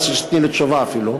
אני לא רוצה שתיתני לי תשובה אפילו,